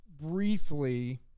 briefly